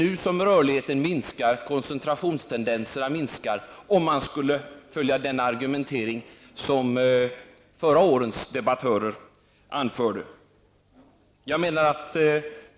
Det är nu rörligheten minskar och koncentrationstendenserna minskar om man skall följa den argumentering som förra årets debattörer hade.